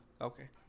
Okay